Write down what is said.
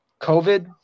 covid